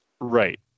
Right